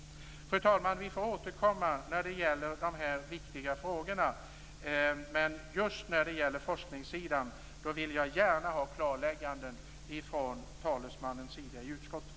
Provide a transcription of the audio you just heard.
Fru talman! Vi får återkomma när det gäller de här viktiga frågorna. Men just när det gäller forskningssidan vill jag gärna ha klarlägganden från utskottets talesmans sida.